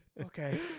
Okay